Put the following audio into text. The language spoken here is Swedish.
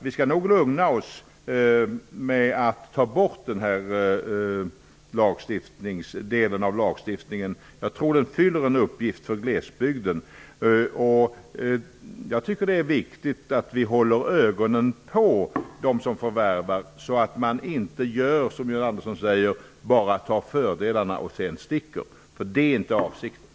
Vi skall nog lugna oss med att ta bort den här delen av lagstiftningen. Jag tror att den fyller en uppgift i glesbygden. Det är viktigt att vi håller ögonen på dem som förvärvar så att de inte bara tar fördelarna och sedan sticker, som John Andersson säger. Det är inte avsikten.